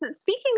Speaking